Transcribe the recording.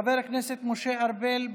חבר הכנסת משה ארבל,